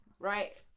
Right